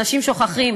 אנשים שוכחים